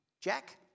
Jack